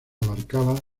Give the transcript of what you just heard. abarcaba